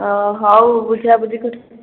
ହଁ ହେଉ ବୁଝିବା ବୁଝାବୁଝି କରି